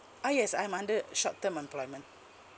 ah yes I'm under short term employment